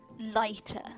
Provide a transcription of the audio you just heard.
lighter